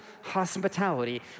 hospitality